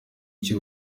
cy’u